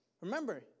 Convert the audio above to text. remember